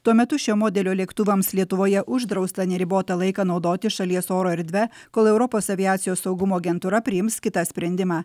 tuo metu šio modelio lėktuvams lietuvoje uždrausta neribotą laiką naudotis šalies oro erdve kol europos aviacijos saugumo agentūra priims kitą sprendimą